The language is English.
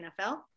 NFL